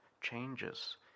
changes